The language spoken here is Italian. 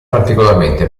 particolarmente